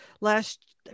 last